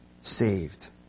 Saved